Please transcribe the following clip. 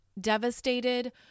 devastated